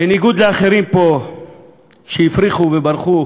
בניגוד לאחרים פה שהפריחו וברחו